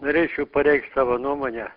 norėčiau pareikšt savo nuomonę